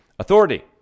Authority